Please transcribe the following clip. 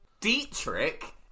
Dietrich